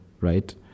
right